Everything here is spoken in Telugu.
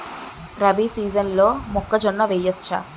రబీ సీజన్లో మొక్కజొన్న వెయ్యచ్చా?